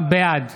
בעד